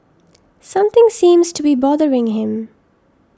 something seems to be bothering him